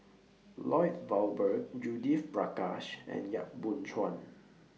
Lloyd Valberg Judith Prakash and Yap Boon Chuan